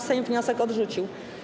Sejm wniosek odrzucił.